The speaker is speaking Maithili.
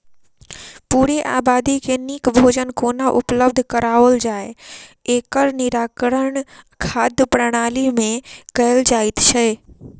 पूरे आबादी के नीक भोजन कोना उपलब्ध कराओल जाय, एकर निराकरण खाद्य प्रणाली मे कयल जाइत छै